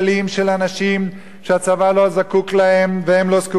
שהצבא לא זקוק להם והם לא זקוקים לצבא.